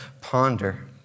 ponder